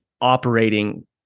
operating